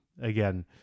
Again